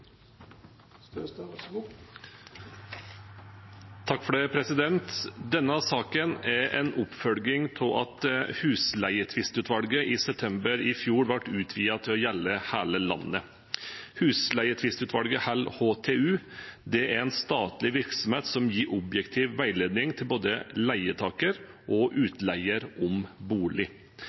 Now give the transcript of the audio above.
en oppfølging av at Husleietvistutvalget i september i fjor ble utvidet til å gjelde hele landet. Husleietvistutvalget, HTU, er en statlig virksomhet som gir objektiv veiledning til både leietaker og utleier om bolig.